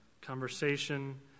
conversation